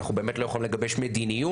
אנחנו באמת לא יכולים לגבש מדיניות,